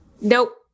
Nope